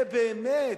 באמת,